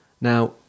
now